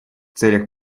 целях